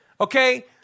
Okay